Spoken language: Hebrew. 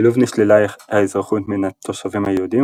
בלוב נשללה האזרחות מן התושבים היהודים